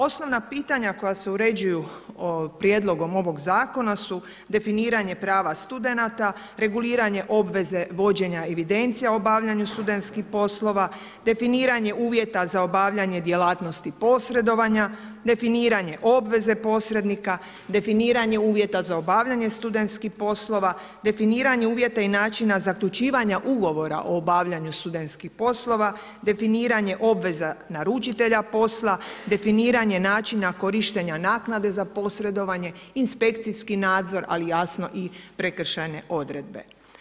Osnovna pitanja koja se uređuju prijedlogom ovog zakona su definiranje prava studenata, reguliranje obveze vođenja evidencija o obavljanju studentskih poslova, definiranje uvjeta za obavljanje djelatnosti posredovanja, definiranje obveze posrednika, definiranje uvjeta za obavljanje studentskih poslova, definiranje uvjeta i načina zaključivanja ugovora o obavljanju studentskih poslova, definiranje obveza naručitelja posla, definiranje načina korištenja naknade za posredovanje, inspekcijski nadzor, ali jasno i prekršajne odredbe.